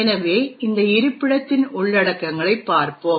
எனவே இந்த இருப்பிடத்தின் உள்ளடக்கங்களைப் பார்ப்போம்